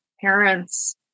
parents